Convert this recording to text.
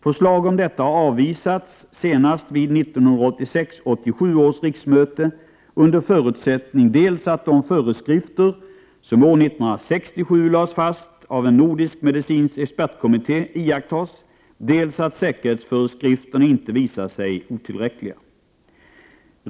Förslag om detta har avvisats, senast vid 1986/87 års riksmöte under förutsättning dels att de föreskrifter som år 1967 lades fast av en nordisk medicinsk expertkommitté iakttas, dels att säkerhetsföreskrifterna inte visar sig otillräckliga.